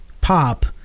pop